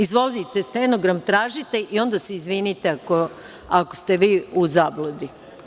Izvolite stenogram tražite i onda se izvinite ako ste vi u zabludi.